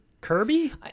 Kirby